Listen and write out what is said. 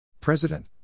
President